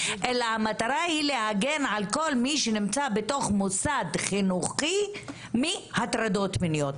אלא להגן על כל מי שנמצא בתוך מוסד חינוכי מהטרדות מיניות.